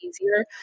easier